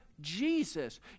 Jesus